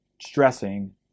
stressing